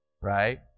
right